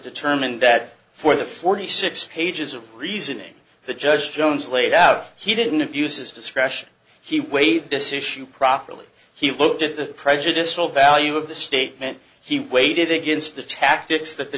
determined that for the forty six pages of reasoning that judge jones laid out he didn't abuse his discretion he waived this issue properly he looked at the prejudicial value of the statement he waited against the tactics that the